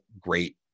great